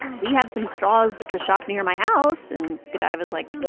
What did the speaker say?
we have some straws at the shop near my house, and godaiva's like.